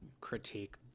critique